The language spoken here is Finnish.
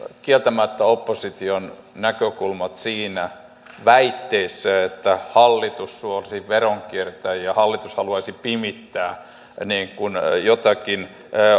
kieltämättä opposition näkökulmat siinä väitteessä että hallitus suosisi veronkiertäjiä ja hallitus haluaisi pimittää jotakin